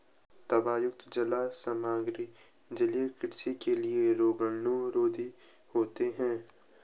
तांबायुक्त जाल सामग्री जलीय कृषि के लिए रोगाणुरोधी होते हैं